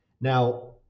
now